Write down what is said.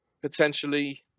Potentially